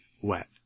wet